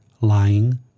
lying